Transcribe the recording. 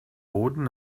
boden